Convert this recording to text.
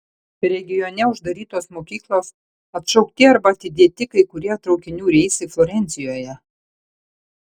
regione uždarytos mokyklos atšaukti arba atidėti kai kurie traukinių reisai florencijoje